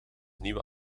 nieuwe